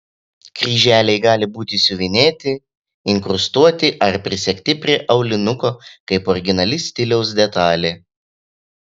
kryželiai gali būti siuvinėti inkrustuoti ar prisegti prie aulinuko kaip originali stiliaus detalė